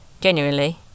genuinely